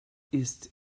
ist